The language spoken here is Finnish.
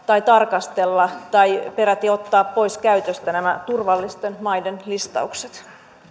tai tarkastella näitä tai peräti ottaa pois käytöstä nämä turvallisten maiden listaukset